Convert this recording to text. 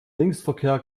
linksverkehr